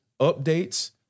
updates